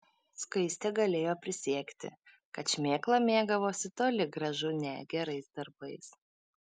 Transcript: skaistė galėjo prisiekti kad šmėkla mėgavosi toli gražu ne gerais darbais